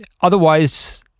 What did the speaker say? Otherwise